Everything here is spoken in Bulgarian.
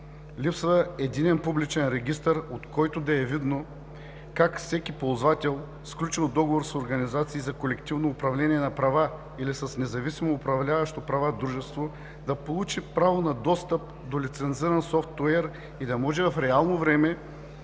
Липсва единен публичен регистър, от който да е видно как всеки ползвател, сключил договор с организации за колективно управление на права или с независимо управляващо права дружество, да получи право на достъп до лицензиран софтуер и да може в реално време